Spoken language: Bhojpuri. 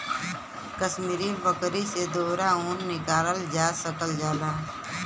कसमीरी बकरी से दोहरा ऊन निकालल जा सकल जाला